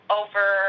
over